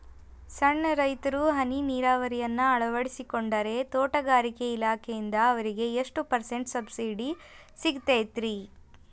ಸಣ್ಣ ರೈತರು ಹನಿ ನೇರಾವರಿಯನ್ನ ಅಳವಡಿಸಿಕೊಂಡರೆ ತೋಟಗಾರಿಕೆ ಇಲಾಖೆಯಿಂದ ಅವರಿಗೆ ಎಷ್ಟು ಪರ್ಸೆಂಟ್ ಸಬ್ಸಿಡಿ ಸಿಗುತ್ತೈತರೇ?